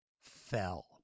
fell